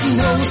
no